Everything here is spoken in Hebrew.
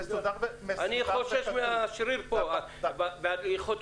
אני חושש מהשריר פה בזרוע.